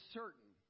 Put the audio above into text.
certain